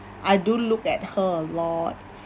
I do looked at her a lot